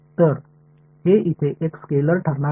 तर हे इथे एक स्केलेर ठरणार आहे